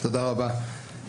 תודה רבה.